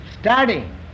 studying